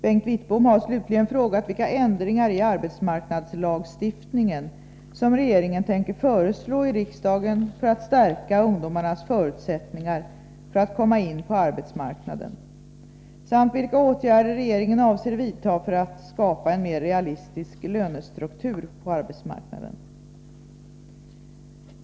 Bengt Wittbom har slutligen frågat vilka ändringar i arbetsmarknadslagstiftningen som regeringen tänker föreslå i riksdagen för att stärka ungdomarnas förutsättningar för att komma in på arbetsmarknaden samt vilka åtgärder regeringen avser vidta för att skapa en mer realistisk lönestruktur på arbetsmarknaden.